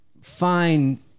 fine